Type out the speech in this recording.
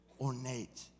ornate